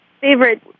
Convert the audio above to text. favorite